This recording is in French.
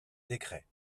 décret